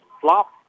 flop